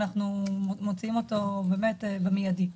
אנחנו מוציאים אותו מידית.